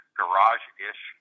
garage-ish